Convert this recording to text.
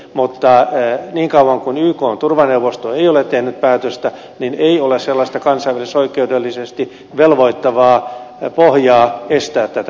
mutta niin kauan kuin ykn turvaneuvosto ei ole tehnyt päätöstä ei ole sellaista kansainvälisoikeudellisesti velvoittavaa pohjaa estää tätä vientiä